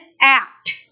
act